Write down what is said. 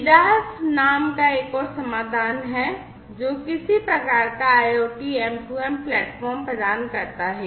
MIDAS नाम का एक और समाधान है जो किसी प्रकार का IoT M2M प्लेटफॉर्म प्रदान करता है